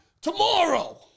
tomorrow